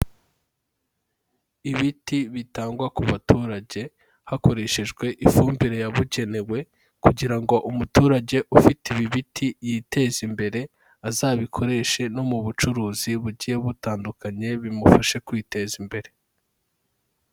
Ibiti bitangwa ku baturage hakoreshejwe ifumbire yabugenewe kugira ngo umuturage ufite ibi biti yiteza imbere, azabikoreshe no mu bucuruzi bugiye butandukanye, bimufashe kwiteza imbere.